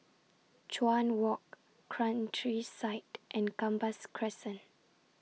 Chuan Walk Countryside and Gambas Crescent